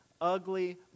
ugly